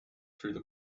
through